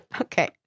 Okay